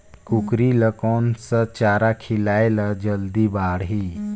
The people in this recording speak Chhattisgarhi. कूकरी ल कोन सा चारा खिलाय ल जल्दी बाड़ही?